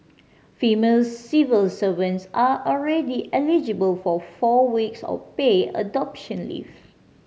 female civil servants are already eligible for four weeks of paid adoption leave